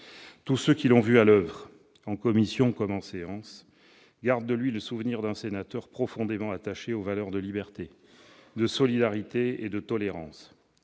Tous ceux qui l'ont vu à l'oeuvre, en commission comme en séance, gardent de lui le souvenir d'un sénateur profondément attaché aux valeurs de liberté, de solidarité et de tolérance,